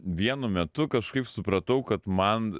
vienu metu kažkaip supratau kad man